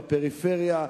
בפריפריה,